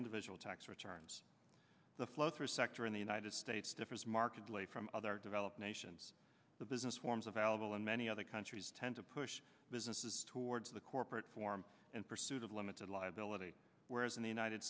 individual tax returns the flow through sector in the united states differs markedly from other developed nations the business forms of algal and many other countries tend to push businesses towards the corporate form and pursuit of limited liability whereas in the united